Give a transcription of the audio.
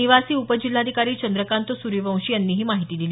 निवासी उप जिल्हाधिकारी चंद्रकांत सूर्यवंशी यांनी ही माहिती दिली